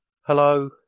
hello